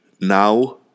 now